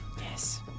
Yes